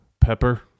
Pepper